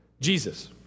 Jesus